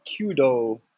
kudo